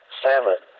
salmon